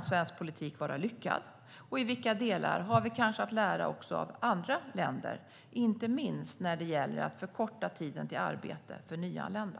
svensk politik är lyckad och i vilka delar vi kanske har att lära av andra länder, inte minst när det gäller att förkorta tiden till arbete för nyanlända.